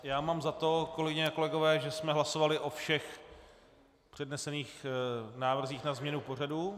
Já mám za to, kolegyně a kolegové, že jsme hlasovali o všech přednesených návrzích na změnu pořadu.